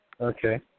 Okay